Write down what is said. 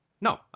No